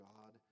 God